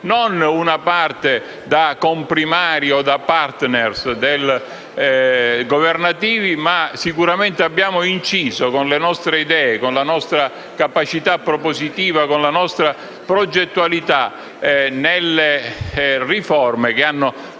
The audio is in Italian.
una parte da comprimario o da meri *partner* governativi; sicuramente abbiamo inciso con le nostre idee, con la nostra capacità propositiva, con la nostra progettualità nelle riforme che hanno